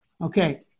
Okay